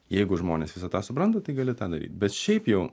jeigu žmonės visą tą supranta tai gali tą daryt bet šiaip jau